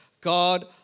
God